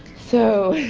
so,